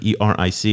Eric